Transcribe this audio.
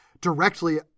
directly